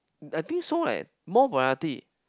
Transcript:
I think so leh more variety